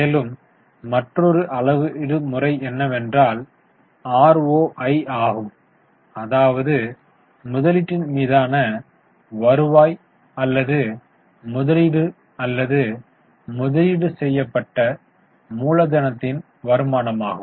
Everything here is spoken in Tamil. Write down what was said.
மேலும் மற்றோரு அளவீடு முறை என்னவென்றால் ROI ஆகும் அதாவது முதலீட்டின் மீதான வருவாய் அல்லது முதலீடு அல்லது முதலீடு செய்யப்பட்ட மூலதனத்தின் வருமானமாகும்